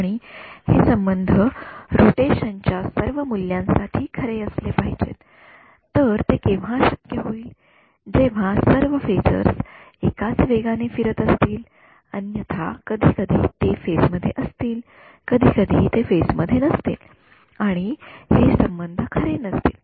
आणि हे संबंध रोटेशन च्या सर्व मूल्यांसाठी खरे असले पाहिजे ते केव्हा शक्य होईल जेव्हा सर्व फेजर्स एकाच वेगाने फिरत असतील अन्यथा कधीकधी ते फेज मध्ये असतील कधीकधी ते फेज मध्ये नसतील आणि हे संबंध खरे नसतील